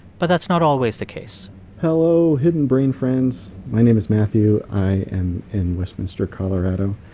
but that's not always the case hello, hidden brain friends. my name is matthew. i am in westminster, colo. and um